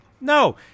No